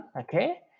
okay